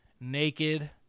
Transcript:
naked